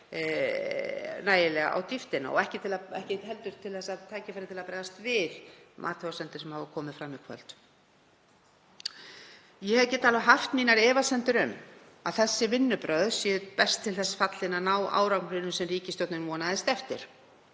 nægilega á dýptina og ekki fengið tækifæri til að bregðast við athugasemdum sem hafa komið fram í kvöld. Ég get alveg haft mínar efasemdir um að þessi vinnubrögð séu best til þess fallin að ná þeim árangri sem ríkisstjórnin vonaðist eftir.